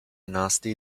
nasty